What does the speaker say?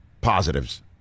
positives